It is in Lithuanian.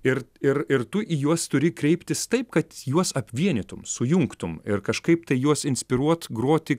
ir ir ir tu į juos turi kreiptis taip kad juos apvienytum sujungtum ir kažkaip tai juos inspiruot groti